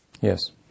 Yes